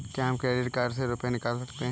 क्या हम credit card से रुपये निकाल सकते हैं?